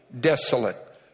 desolate